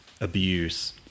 abuse